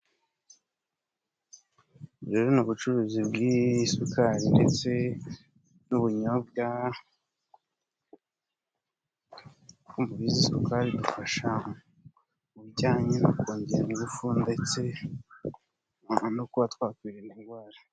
Rero ni ubucuruzi bw'sukari ndetse n'ubunyobwa, nk'uko mubizi, isukari idufasha mu bijyanye no kongera ingufu, ndetse no kuba twakwirinda indwara.